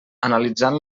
analitzant